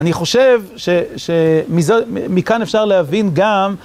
אני חושב שמכאן אפשר להבין גם